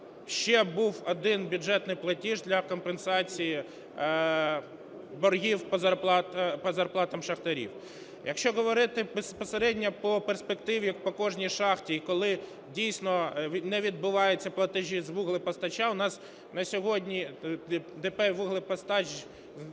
ще був один бюджетний платіж для компенсації боргів по зарплатам шахтарів. Якщо говорити безпосередньо по перспективі по кожній шахті, і коли дійсно не відбуваються платежі з вуглепостачання, у нас на сьогодні ДП "Вуглепостач",